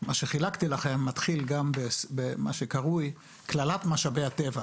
מה שחילקתי לכם מתחיל במה שקרוי "קללת משאבי הטבע".